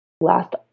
last